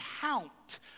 count